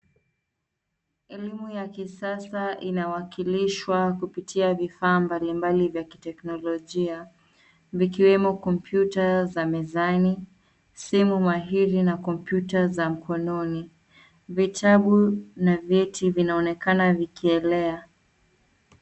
Elimu ya kisasa inawakilishwa kupitia vifaa mbali mbali vya kiteknolojia, vikiwemo kompyuta za mezani, simu mahiri na kompyuta za mkononi. Vitabu na vyeti vinaonekana vikielea.